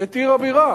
את עיר הבירה?